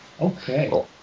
Okay